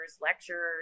lecturers